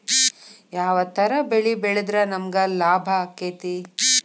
ಯಾವ ತರ ಬೆಳಿ ಬೆಳೆದ್ರ ನಮ್ಗ ಲಾಭ ಆಕ್ಕೆತಿ?